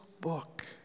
book